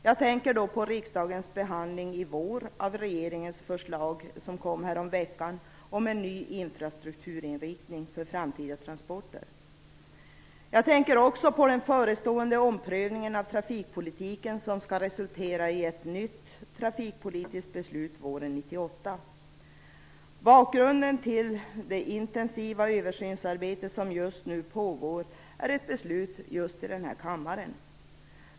Jag tänker då på riksdagens behandling i vår av regeringens förslag som kom häromveckan om en ny infrastrukturinriktning för de framtida transporterna. Jag tänker också på den förestående omprövningen av trafikpolitiken som skall resultera i ett nytt trafikpolitiskt beslut våren 1998. Bakgrunden till det intensiva översynsarbete som just nu pågår är ett beslut här i kammaren.